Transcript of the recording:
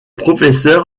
professeur